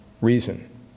reason